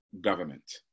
government